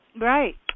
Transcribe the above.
Right